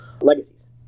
legacies